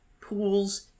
Pools